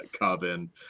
Coven